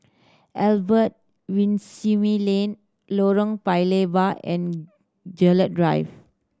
Albert Winsemius Lane Lorong Paya Lebar and Gerald Drive